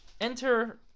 enter